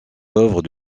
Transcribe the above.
œuvres